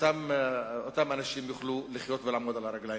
אותם אנשים יוכלו לחיות ולעמוד על הרגליים.